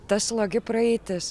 ta slogi praeitis